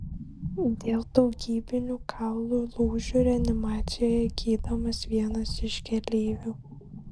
dėl daugybinių kaulų lūžių reanimacijoje gydomas ir vienas iš keleivių